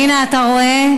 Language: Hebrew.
אתה רואה?